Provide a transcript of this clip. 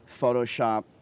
Photoshop